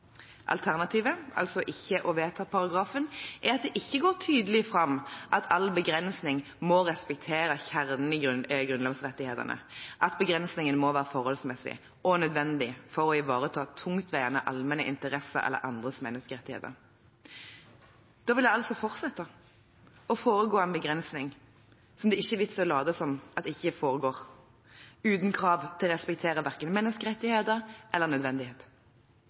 Alternativet, altså ikke å vedta paragrafen, er at det ikke går tydelig fram at all begrensning må respektere kjernen i grunnlovsrettighetene, begrensningen må være forholdsmessig og nødvendig for å ivareta tungtveiende allmenne interesser eller andres menneskerettigheter. Da vil det altså fortsette å foregå en begrensning som det ikke er noen vits i å late som ikke foregår, uten krav til å respektere verken menneskerettigheter eller nødvendighet.